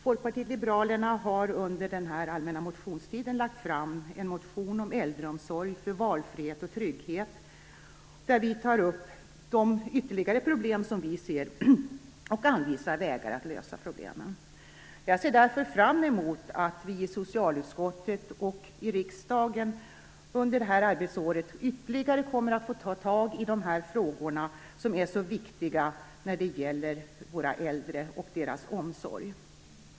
Folkpartiet liberalerna har under den allmänna motionstiden väckt en motion om äldreomsorg för valfrihet och trygghet, där vi tar upp ytterligare problem och anvisar vägar för att lösa problemen. Jag ser därför fram emot att vi i socialutskottet och i riksdagen under detta arbetsår ytterligare kommer att få ta itu med dessa frågor, som är så viktiga för de äldre och deras omsorg.